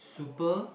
super